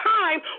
time